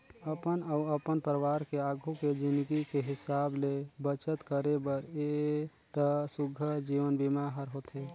अपन अउ अपन परवार के आघू के जिनगी के हिसाब ले बचत करे बर हे त सुग्घर जीवन बीमा हर होथे